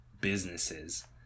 businesses